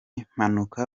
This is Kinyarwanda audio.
mpanuka